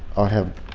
i have.